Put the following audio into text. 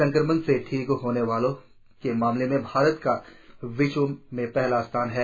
संक्रमण से ठीक होने के मामले में भारत का विश्व में पहला स्थान है